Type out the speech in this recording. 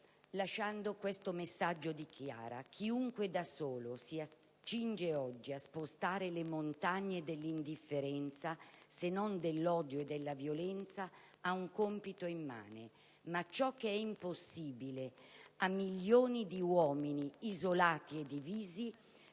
lasciando questo messaggio di Chiara: «Chiunque da solo si accinge oggi a spostare le montagne dell'indifferenza, se non dell'odio e della violenza, ha un compito immane. Ma ciò che è impossibile a milioni di uomini isolati e divisi,